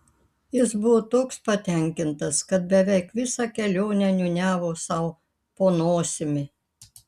jis buvo toks patenkintas kad beveik visą kelionę niūniavo sau po nosimi